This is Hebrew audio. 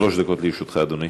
שלוש דקות לרשותך, אדוני.